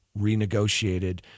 renegotiated